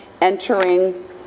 entering